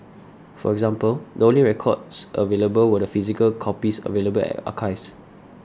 for example the only records available were the physical copies available at archives